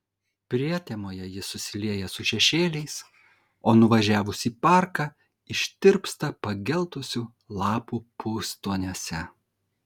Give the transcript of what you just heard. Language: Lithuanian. prietemoje ji susilieja su šešėliais o nuvažiavus į parką ištirpsta pageltusių lapų pustoniuose